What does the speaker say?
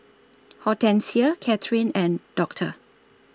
Hortencia Catherine and Doctor